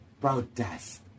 protest